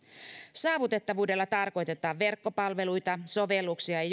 saavutettavuudella tarkoitetaan verkkopalveluita sovelluksia ja